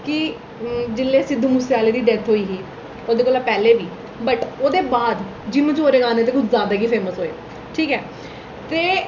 कि जिसलै सिद्धू मूसे आह्ले दी डैथ होई ही ओह्दे कोला पैह्लें बी बट ओह्दे बाद जिम्म च ओह्दे गाने ते किश जैदा गै फेमस होए ठीक ऐ ते